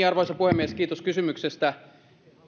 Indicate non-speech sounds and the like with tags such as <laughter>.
<unintelligible> arvoisa puhemies kiitos kysymyksestä